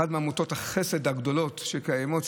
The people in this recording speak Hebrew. אחת מעמותות החסד הגדולות שקיימות,